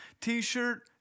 T-shirt